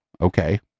okay